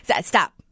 stop